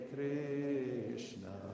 Krishna